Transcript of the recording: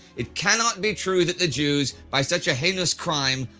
it cannot be true that the jews, by such a heinous crime,